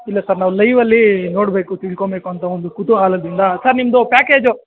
ಇಲ್ಲ ಸರ್ ನಾವು ಲೈವಲ್ಲಿ ನೋಡಬೇಕು ತಿಳ್ಕೊಬೇಕು ಅಂತ ಒಂದು ಕುತೂಹಲದಿಂದ ಸರ್ ನಿಮ್ಮದು ಪ್ಯಾಕೇಜು